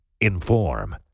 inform